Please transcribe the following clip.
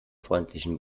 freundlichen